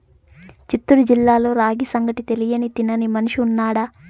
చిత్తూరు జిల్లాలో రాగి సంగటి తెలియని తినని మనిషి ఉన్నాడా